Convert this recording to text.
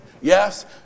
yes